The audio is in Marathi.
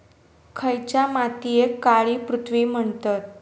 खयच्या मातीयेक काळी पृथ्वी म्हणतत?